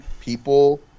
people